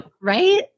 right